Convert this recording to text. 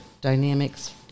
dynamics